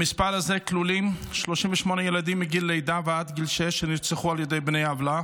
במספר הזה כלולים 38 ילדים מגיל לידה עד גיל שש שנרצחו על ידי בני עוולה